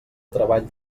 treball